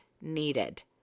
needed